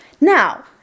Now